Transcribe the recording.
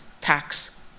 tax